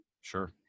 Sure